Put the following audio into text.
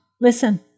listen